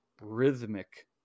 rhythmic